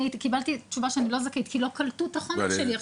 אני קיבלתי תשובה שאני לא זכאית כי לא קלטו את החומר שלי.